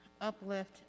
uplift